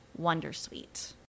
Wondersuite